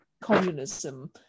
communism